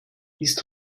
ist